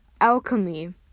alchemy